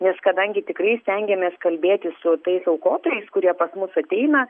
nes kadangi tikrai stengiamės kalbėti su tais aukotojais kurie pas mus ateina